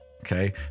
Okay